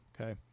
okay